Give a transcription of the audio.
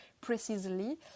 precisely